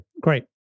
great